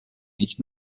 nicht